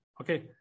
okay